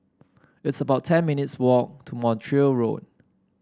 it's about ten minutes' walk to Montreal Road